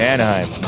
Anaheim